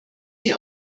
sie